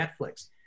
Netflix